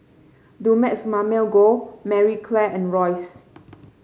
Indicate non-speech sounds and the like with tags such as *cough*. Dumex Mamil Gold Marie Claire and Royce *noise*